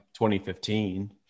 2015